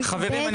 חברים,